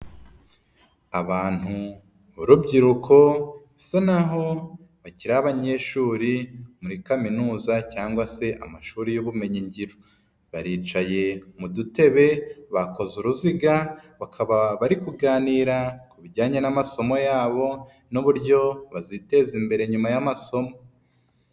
Abantu b'urubyiruko basa naho bakiri abanyeshuri muri kaminuza cyangwa se amashuri y'ubumenyi ngiro. Baricaye mu dutebe bakoze uruziga bakaba bari kuganira ku bijyanye n'amasomo yabo n'uburyo baziteza imbere nyuma y'amasomo.